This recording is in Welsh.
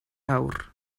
awr